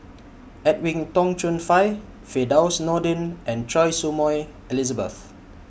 Edwin Tong Chun Fai Firdaus Nordin and Choy Su Moi Elizabeth